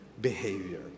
behavior